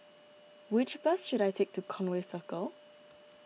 which bus should I take to Conway Circle